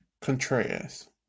Contreras